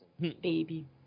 Baby